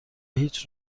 هیچ